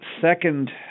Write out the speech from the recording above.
Second